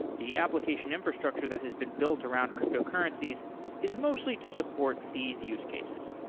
the application infrastructure that has been built around cryptocurrencies is mostly to support these use cases.